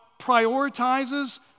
prioritizes